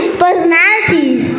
personalities